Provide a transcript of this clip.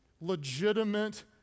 legitimate